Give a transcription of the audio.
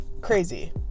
crazy